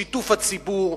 שיתוף הציבור.